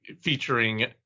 featuring